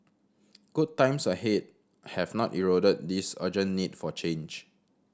good times ahead have not eroded this urgent need for change